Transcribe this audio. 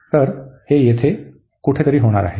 तर हे येथे कुठेतरी होणार आहे